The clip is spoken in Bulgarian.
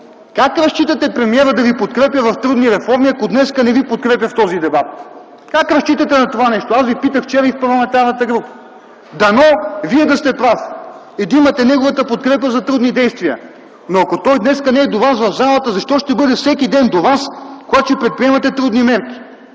как разчитате премиерът да Ви подкрепя в трудни реформи, ако днес не Ви подкрепя в този дебат? Как разчитате на това нещо? Аз Ви питах вчера и в парламентарната група. Дано Вие да сте прав и да имате неговата подкрепа за трудни действия. Но ако той днес не е до Вас в залата, защо ще бъде всеки ден до Вас, когато ще предприемате трудни мерки?